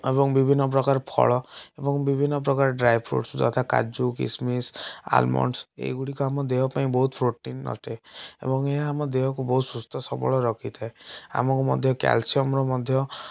ଏବଂ ବିଭିନ୍ନ ପ୍ରକାର ଫଳ ଏବଂ ବିଭିନ୍ନ ପ୍ରକାର ଡ୍ରାଏଫ୍ରୁଟସ ଯଥା କାଜୁ କିସମିସ ଆଲମଣ୍ଡସ ଏଗୁଡ଼ିକ ଆମ ଦେହପାଇଁ ବହୁତ ପ୍ରୋଟିନ ଅଟେ ଏବଂ ଏହା ଆମ ଦେହକୁ ବହୁତ ସୁସ୍ଥସବଳ ରଖିଥାଏ ଆମୁକୁ ମଧ୍ୟ କ୍ୟାଲସିୟମର ମଧ୍ୟ